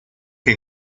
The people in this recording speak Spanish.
que